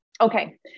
Okay